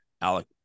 Alec